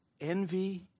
Envy